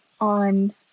on